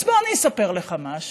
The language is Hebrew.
אז בוא אני אספר לך משהו: